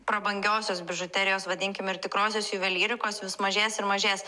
prabangiosios bižuterijos vadinkim ir tikrosios juvelyrikos vis mažės ir mažės